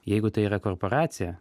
jeigu tai yra korporacija